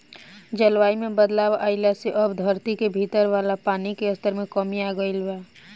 जलवायु में बदलाव आइला से अब धरती के भीतर वाला पानी के स्तर में कमी आ गईल बा